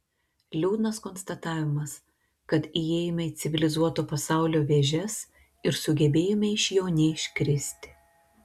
liūdnas konstatavimas kad įėjome į civilizuoto pasaulio vėžes ir sugebėjome iš jo neiškristi